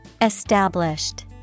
Established